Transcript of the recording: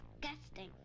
disgusting